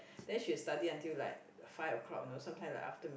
then she study until like five o-clock you know sometime like after